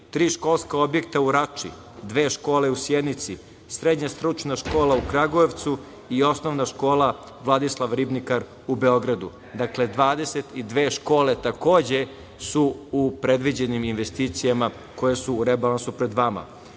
školska objekta u Rači, dve škole u Sjenici, srednja stručna škola u Kragujevcu i OŠ „Vladislav Ribnikar“ u Beogradu. Dakle, 22 škole takođe su u predviđenim investicijama koje su u rebalansu pred vama.